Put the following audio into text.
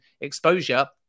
exposure